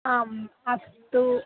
आम् अस्तु